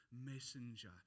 messenger